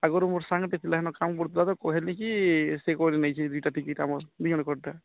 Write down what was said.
ଆଗୁରୁ ମୋର୍ ସାଙ୍ଗଟେ ଥିଲା ହେନେ କାମ୍ କରୁଥିଲା ତ କହେଲି କି ସେ କରିନେଇଛି ଦୁଇଟା ଟିକେଟ୍ ଆମର୍ ଦୁଇଜଣଙ୍କରଟା